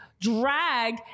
drag